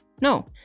No